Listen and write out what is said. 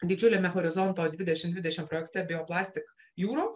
didžiuliame horizonto dvidešimt dvidešimt projekte bioplastik jūrų